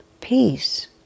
peace